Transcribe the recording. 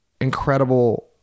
incredible